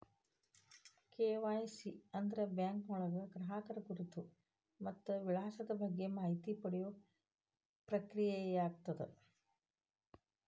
KYC ಅಂದ್ರ ಬ್ಯಾಂಕ್ಗಳ ಗ್ರಾಹಕರ ಗುರುತು ಮತ್ತ ವಿಳಾಸದ ಬಗ್ಗೆ ಮಾಹಿತಿನ ಪಡಿಯೋ ಪ್ರಕ್ರಿಯೆಯಾಗ್ಯದ